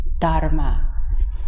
Dharma